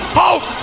hope